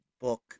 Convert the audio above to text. book